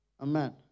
amen